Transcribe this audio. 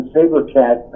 Sabercat